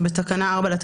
(הודעה בכתב על נזק),